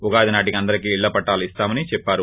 ఉగాది నాటికి అందరికీ ఇళ్ల పట్లాలు ఇస్తామని చెప్పారు